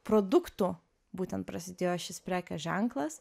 produktų būtent prasidėjo šis prekės ženklas